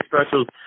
specials